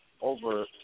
over